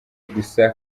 gusa